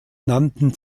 nannten